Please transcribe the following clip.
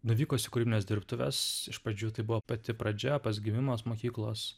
nuvykus į kūrybines dirbtuves iš pradžių tai buvo pati pradžia pats gimimas mokyklos